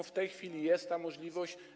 W tej chwili jest ta możliwość.